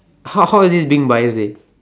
how how is this being bias dey